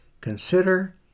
Consider